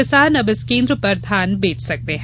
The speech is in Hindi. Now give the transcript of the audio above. किसान अब इस केन्द्र पर धान बेच सकते हैं